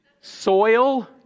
Soil